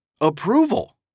approval